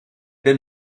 been